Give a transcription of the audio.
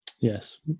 Yes